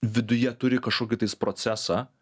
viduje turi kažkokį tais procesą